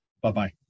Bye-bye